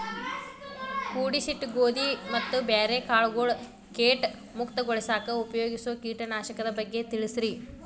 ಕೂಡಿಸಿಟ್ಟ ಗೋಧಿ ಮತ್ತ ಬ್ಯಾರೆ ಕಾಳಗೊಳ್ ಕೇಟ ಮುಕ್ತಗೋಳಿಸಾಕ್ ಉಪಯೋಗಿಸೋ ಕೇಟನಾಶಕದ ಬಗ್ಗೆ ತಿಳಸ್ರಿ